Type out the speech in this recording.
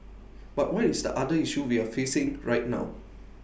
but what is the other issue we're facing right now